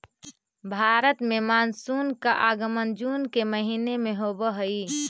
भारत में मानसून का आगमन जून के महीने में होव हई